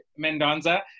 Mendonza